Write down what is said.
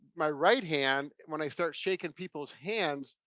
my right hand, when i'd start shaking people's hands,